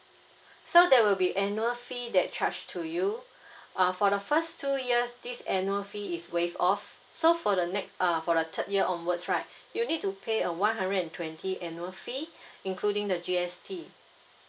so there will be annual fee that charged to you err for the first two years this annual fee is waived off so for the next err for the third year onwards right you need to pay a one hundred and twenty annual fee including the G_S_T